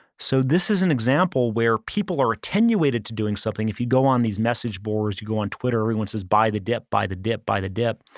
so this is an example where people are attenuated to doing something. if you go on these message boards, you go on twitter, everyone says, buy the dip, buy the dip, buy the dip,